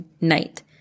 night